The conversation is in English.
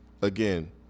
Again